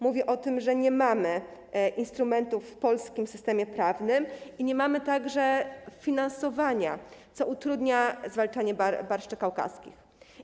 Mówi o tym, że nie mamy instrumentów w polskim systemie prawnym i nie mamy także finansowania, co utrudnia zwalczanie barszczy kaukaskich.